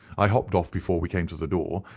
i hopped off before we came to the door,